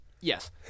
Yes